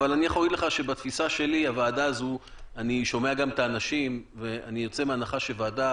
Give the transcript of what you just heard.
אני שומע גם את האנשים ואני יוצא מהנחה שוועדה